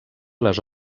les